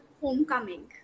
homecoming